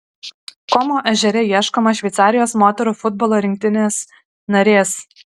komo ežere ieškoma šveicarijos moterų futbolo rinktinės narės